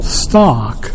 stock